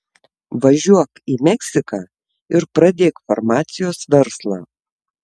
važiuok į meksiką ir pradėk farmacijos verslą